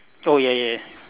oh ya ya ya